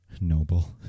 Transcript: Noble